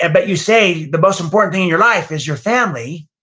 and but you say the most important thing in your life is your family,